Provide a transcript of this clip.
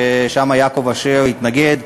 ששם יעקב אשר התנגד,